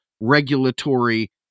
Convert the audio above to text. regulatory